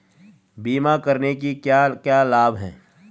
बीमा करने के क्या क्या लाभ हैं?